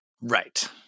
Right